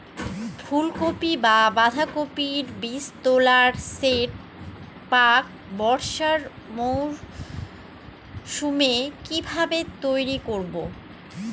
ফুলকপি বা বাঁধাকপির বীজতলার সেট প্রাক বর্ষার মৌসুমে কিভাবে তৈরি করব?